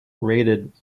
raided